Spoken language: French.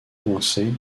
coincé